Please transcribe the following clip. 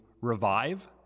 revive